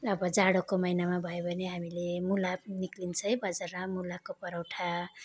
अब जाडोको महिनामा भयो भने हामीले मुला निक्लिन्छ है बजारमा मुलाको परौठा